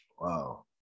Wow